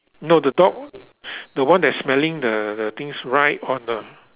no the dog the one that's smelling the the things right on the